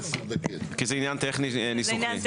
כי זה עניין טכני ניסוחי.